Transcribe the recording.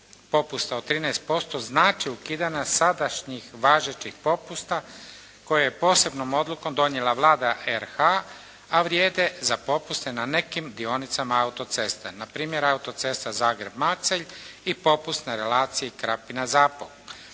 popusta od 13% znači ukidanje sadašnjih važećih popusta koje je posebnom odlukom donijela Vlada RH a vrijede za popuste na nekim dionicama autoceste. Na primjer autocesta Zagreb-Macelj i popust na relaciji Krapina-Zabok.